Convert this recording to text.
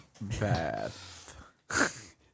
Bath